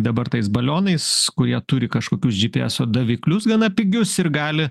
dabar tais balionais kurie turi kažkokius džypyeso daviklius gana pigius ir gali